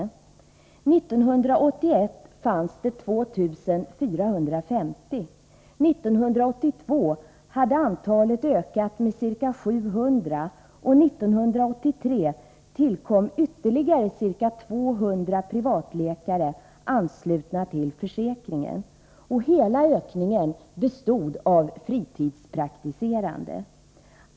År 1981 fanns det 2 450, 1982 hade antalet ökat med ca 700, och 1983 tillkom ytterligare ca 200 privatläkare anslutna till försäkringen. Hela ökningen bestod av fritidspraktiserande.